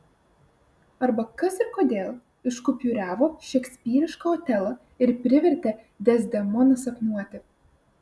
arba kas ir kodėl iškupiūravo šekspyrišką otelą ir privertė dezdemoną sapnuoti